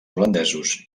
holandesos